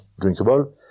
drinkable